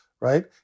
right